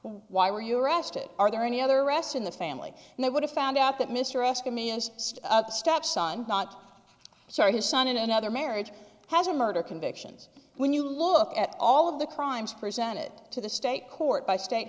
why were you arrested are there any other arrests in the family and they would have found out that mr escott millions stop son not so his son in another marriage has a murder convictions when you look at all of the crimes presented to the state court by state